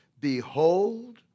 Behold